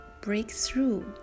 Breakthrough